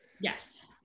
Yes